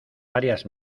varias